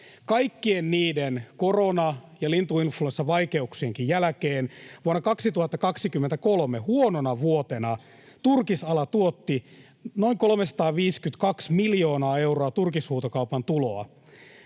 Kaikkien niiden korona- ja lintuinfluenssavaikeuksienkin jälkeen — vuonna 2023, huonona vuotena — turkisala tuotti noin 352 miljoonaa euroa turkishuutokaupan tuloa.